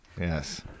Yes